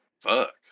Fuck